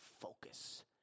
focus